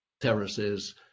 terraces